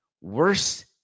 Worse